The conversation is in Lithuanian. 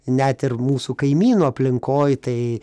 net ir mūsų kaimynų aplinkoj tai